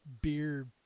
beer